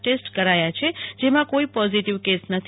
test કરાયા છે જેમાં કોઈ પોજેટીવ કેસ નથી